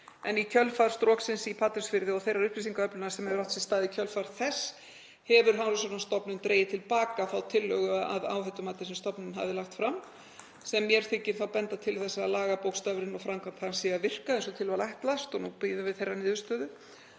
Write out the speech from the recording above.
Í kjölfar stroksins í Patreksfirði og þeirrar upplýsingaöflunar sem hefur átt sér stað í kjölfar þess hefur Hafrannsóknastofnun dregið til baka þá tillögu að áhættumati sem stofnunin hafði lagt fram, sem mér þykir þá benda til þess að lagabókstafurinn og framkvæmd hans sé að virka eins og til var ætlast og nú bíðum við þeirrar niðurstöðu.